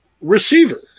receiver